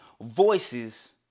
Voices